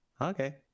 okay